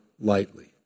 lightly